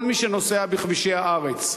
כל מי שנוסע בכבישי הארץ,